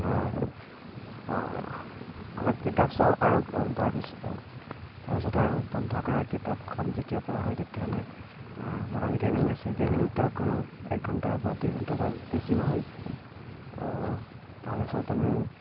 অলপ কিতাপ চাওঁ আৰু তাৰপিছত তাৰপিছত আৰু বন্ধ কৰা কিতাপখন যেতিয়া পঢ়া হয় তেতিয়া এনে মোবাইল গেমিং আছে গেমিংটো কৰোঁ এক ঘণ্টা বা দুই ঘণ্টা তাৰ বেছি নহয় তাৰপিছত আমি